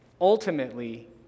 Ultimately